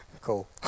Cool